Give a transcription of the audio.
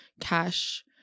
cash